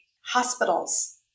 hospitals